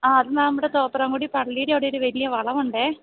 ആ അത് നമ്മുടെ തോപ്രാംകുടി പള്ളിയുടെ അവിടെ ഒരു വലിയ വളവുണ്ടെ